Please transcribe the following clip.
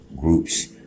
groups